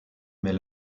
mais